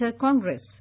Congress